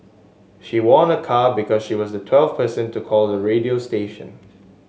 she won a car because she was the twelfth person to call the radio station